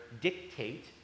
dictate